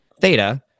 Theta